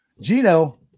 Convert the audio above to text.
Gino